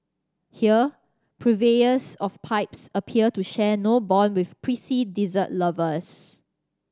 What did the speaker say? here purveyors of pipes appear to share no bond with prissy dessert lovers